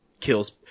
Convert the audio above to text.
kills